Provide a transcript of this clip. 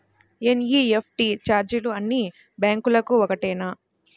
NEFT ఛార్జీలు అన్నీ బ్యాంక్లకూ ఒకటేనా?